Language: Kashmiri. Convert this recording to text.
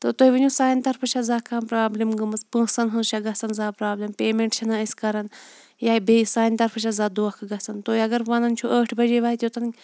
تہِ تُہۍ ؤنِو سانہِ طَرفہٕ چھَ زانٛہہ کانٛہہ پرابلِم گٔمٕژ پونٛسَن ہٕنٛز چھےٚ گَژھان زانٛہہ پرابلِم پیمینٹ چھِ نہَ أسۍ کَران یا بیٚیہِ سانہِ طَرفہٕ چھےٚ زانٛہہ دۄنٛکھہٕ گَژھان تُہۍ اَگَر وَنان چھو ٲٹھِ بَجے واتہِ یوٚتَن